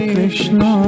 Krishna